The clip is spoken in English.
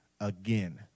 again